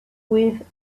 with